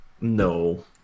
No